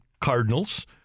Cardinals